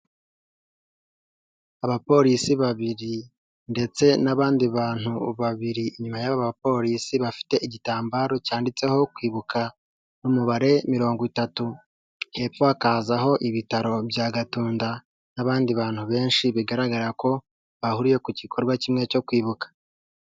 Abapolisi babiri ndetse n'abandi bantu babiri inyuma y'abapolisi bafite igitambaro cyanditseho kwibuka n'umubare mirongo itatu hepfo hakazaho ibitaro bya gatunda n'abandi bantu benshi bigaragara ko bahuriye ku gikorwa kimwe cyo kwibuka.